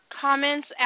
comments